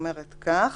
אומרת כך: